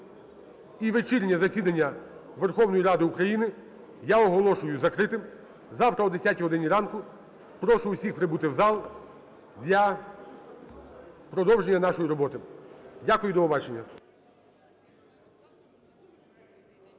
І вечірнє засідання Верховної Ради України я оголошую закритим. Завтра о 10-й годині ранку прошу всіх прибути в зал для продовження нашої роботи. Дякую. І до побачення.